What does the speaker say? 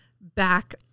back